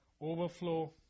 overflow